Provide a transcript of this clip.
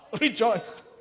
rejoice